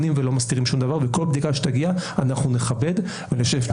וכל בדיקה שתגיע, אנחנו נכבד ונשתף פעולה.